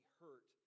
hurt